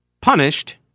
punished